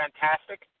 fantastic